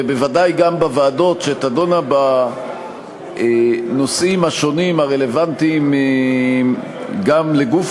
ובוודאי גם בוועדות שתדונה בנושאים השונים הרלוונטיים גם לגוף